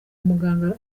muganga